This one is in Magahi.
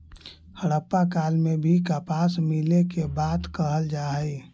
हड़प्पा काल में भी कपास मिले के बात कहल जा हई